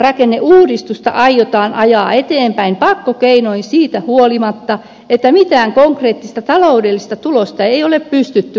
kunta ja palvelurakenneuudistusta aiotaan ajaa eteenpäin pakkokeinoin siitä huolimatta että mitään konkreettista taloudellista tulosta ei ole pystytty osoittamaan